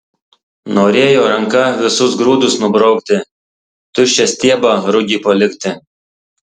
norėjo ranka visus grūdus nubraukti tuščią stiebą rugiui palikti